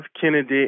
Kennedy